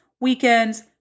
weekends